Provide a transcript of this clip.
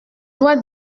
doigt